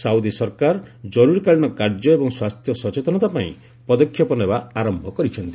Saudi ସରକାର ଜରୁରୀକାଳୀନ କାର୍ଯ୍ୟ ଏବଂ ସ୍ୱାସ୍ଥ୍ୟ ସଚେତନତା ପାଇଁ ପଦକ୍ଷେପ ନେବା ଆରମ୍ଭ କରିଛନ୍ତି